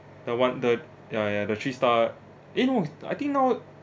like what the ya ya the three star eh no I think now